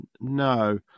No